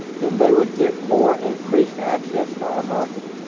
then they would get more increased access to our market.